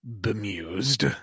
bemused